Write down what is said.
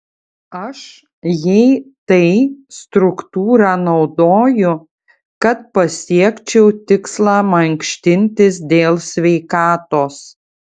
aš jei tai struktūrą naudoju kad pasiekčiau tikslą mankštintis dėl sveikatos